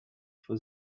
for